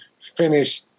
finish